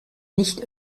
nicht